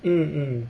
mm mm